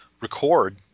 record